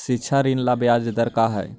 शिक्षा ऋण ला ब्याज दर का हई?